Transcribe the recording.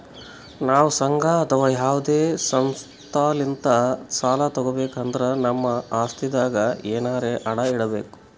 ನಾವ್ ಸಂಘ ಅಥವಾ ಯಾವದೇ ಸಂಸ್ಥಾಲಿಂತ್ ಸಾಲ ತಗೋಬೇಕ್ ಅಂದ್ರ ನಮ್ ಆಸ್ತಿದಾಗ್ ಎನರೆ ಅಡ ಇಡ್ಬೇಕ್